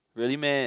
really meh